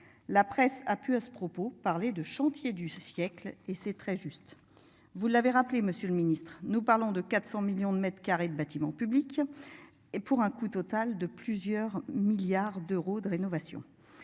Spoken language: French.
La presse a pu à ce propos, parler de chantier du siècle et c'est très juste. Vous l'avez rappelé. Monsieur le Ministre, nous parlons de 400 millions de mètres carrés de bâtiments publics et pour un coût total de plusieurs milliards d'euros de rénovation.